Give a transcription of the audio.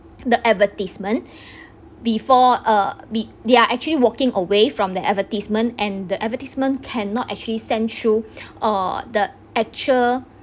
the advertisement before uh they are actually walking away from the advertisement and the advertisement cannot actually send through uh the actual